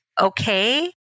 okay